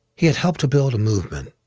he had helped to build a movement,